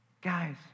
Guys